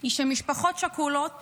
היא שמשפחות שכולות